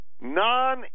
non